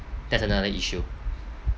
that's another issue